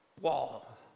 wall